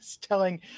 telling